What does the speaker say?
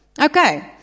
Okay